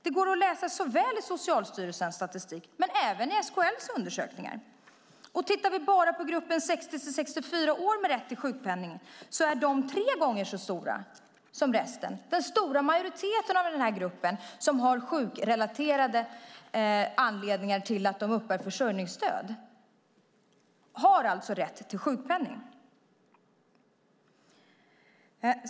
Det går att läsa såväl i Socialstyrelsens statistik som i SKL:s undersökningar. Tittar vi bara på gruppen 60-64 år med rätt till sjukpenning är den tre gånger så stor som resten. Den stora majoriteten av gruppen, de som har sjukrelaterade anledningar till att de uppbär försörjningsstöd, har alltså rätt till sjukpenning.